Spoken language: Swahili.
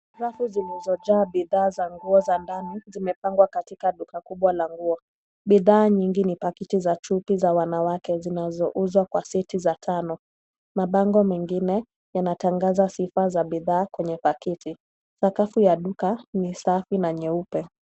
Rafu zilizojaa bidhaa za nguo za ndani zimepangwa katika duka kubwa la nguo. Bidhaa nyingi ni pakiti za chupi za wanawake zinazouzwa kwa seti za tano. Mabango mengine yanatangaza sifa za bidhaa kwenye pakiti. Sakafu ya duka ni safi na nyeupe.